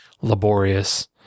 laborious